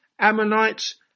Ammonites